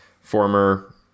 former